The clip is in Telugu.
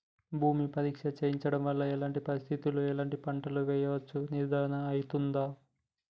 భూమి పరీక్ష చేయించడం వల్ల ఎలాంటి పరిస్థితిలో ఎలాంటి పంటలు వేయచ్చో నిర్ధారణ అయితదా?